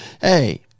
Hey